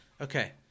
Okay